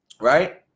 right